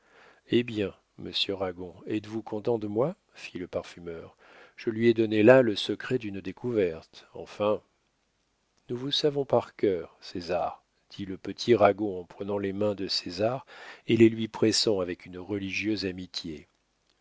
eh bien monsieur ragon êtes-vous content de moi fit le parfumeur je lui ai donné là le secret d'une découverte enfin nous vous savons par cœur césar dit le petit ragon en prenant les mains de césar et les lui pressant avec une religieuse amitié